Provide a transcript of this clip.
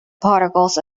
particles